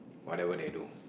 whatever they do